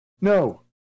no